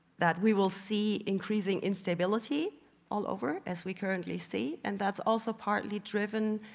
that we will see increasing instability all over as we currently see and that's also partly driven